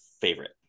favorite